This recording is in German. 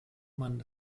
mann